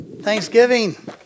Thanksgiving